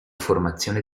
formazione